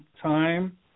time